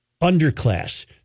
underclass